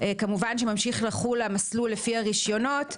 כמובן שממשיך לחול המסלול לפי הרישיונות,